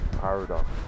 paradox